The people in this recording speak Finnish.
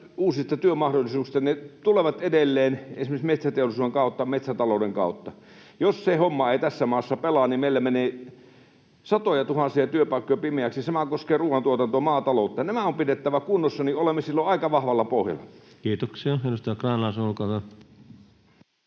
uusista työmahdollisuuksista, niin ne tulevat edelleen esimerkiksi metsäteollisuuden ja metsätalouden kautta. Jos se homma ei tässä maassa pelaa, niin meillä menee satojatuhansia työpaikkoja pimeäksi. Sama koskee ruoantuotantoa, maataloutta. Nämä on pidettävä kunnossa, ja olemme silloin aika vahvalla pohjalla. [Speech 199] Speaker: